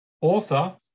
Author